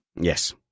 yes